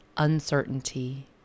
Uncertainty